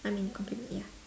I mean completely ya